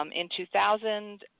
um in two thousand,